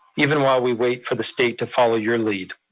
even while we wait for the state to follow your lead.